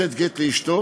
לתת גט לאשתו,